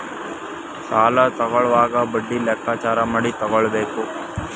ಸಾಲ ತಕ್ಕೊಳ್ಳೋವಾಗ ಬಡ್ಡಿ ಲೆಕ್ಕಾಚಾರ ಮಾಡಿ ತಕ್ಕೊಬೇಕು